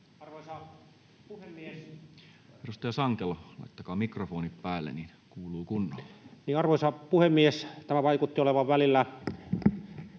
Sankelo. — Edustaja Sankelo, laittakaa mikrofoni päälle, niin kuuluu kunnolla. Arvoisa puhemies! Tämä vaikutti olevan välillä